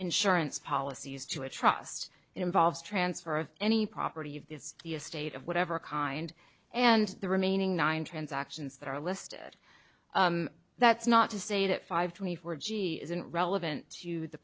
insurance policies to a trust involves transfer of any property of the estate of whatever kind and the remaining nine transactions that are listed that's not to say that five twenty four g isn't relevant to the